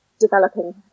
developing